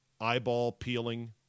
eyeball-peeling